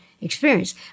experience